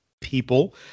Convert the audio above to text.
people